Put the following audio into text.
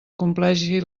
compleixi